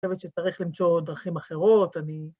חושבת שצריך למצוא דרכים אחרות, אני...